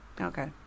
Okay